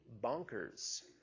bonkers